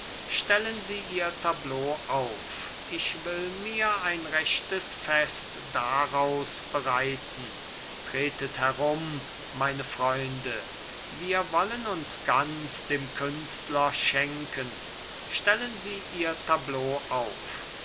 stellen sie ihr tableau auf ich will mir ein rechtes fest daraus bereiten tretet herum meine freunde wir wollen uns ganz dem künstler schenken stellen sie ihr tableau auf